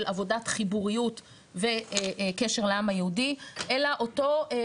עבודת חיבוריות וקשר לעם היהודי אלא אותו אופן,